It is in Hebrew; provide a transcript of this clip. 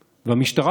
המשטרה,